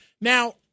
Now